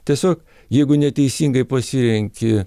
tiesiog jeigu neteisingai pasirenki